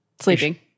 sleeping